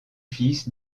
fils